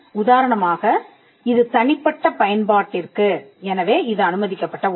உதாரணமாக இது தனிப்பட்ட பயன்பாட்டிற்கு எனவே இது அனுமதிக்கப்பட்ட ஒன்று